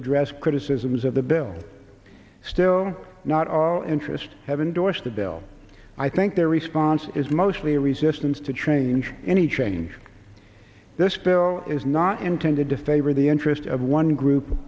address criticisms of the bill still not all interest have endorsed the bill i think their response is mostly a resistance to change any change this bill is not intended to favor the interest of one group